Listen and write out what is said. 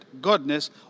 goodness